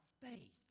faith